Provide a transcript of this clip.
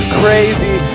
crazy